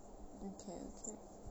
okay